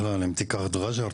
אם תיקח את רג'ר,